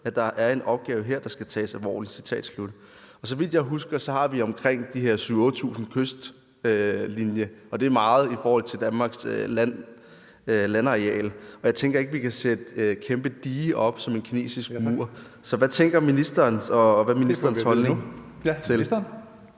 at der er en opgave her, der skal tages alvorligt. Citat slut. Så vidt jeg husker, har vi omkring de her 7-8.000 km kystlinje, og det er meget i forhold til Danmarks landareal, og jeg tænker ikke, at vi kan sætte et kæmpe dige op som en kinesisk mur. Så hvad tænker ministeren, og hvad er ministerens